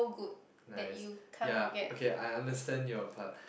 nice ya okay I understand your part